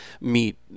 meet